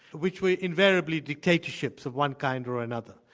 which were invariably dictatorships of one kind or another.